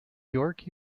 york